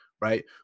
right